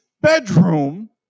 bedroom